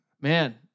Man